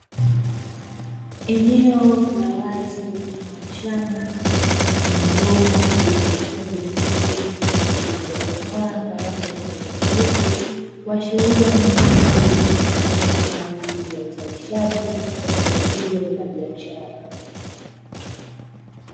Eneo la wazi mfano wa shamba lenye migomba yenye mikungu ya ndizi zilizokomaa kwa rangi ya kijani kibichi, kuashiria ni eneo litumikalo kwa ajili ya uzalishaji wa zao hilo la biashara.